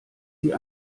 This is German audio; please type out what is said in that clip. sie